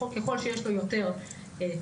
ככל שיש לו יותר תלמידים,